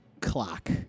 Clock